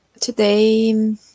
Today